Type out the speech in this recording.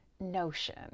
notion